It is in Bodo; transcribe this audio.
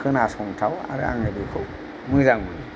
खोनासंथाव आरो आङो बिखौ मोजां मोनो